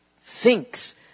thinks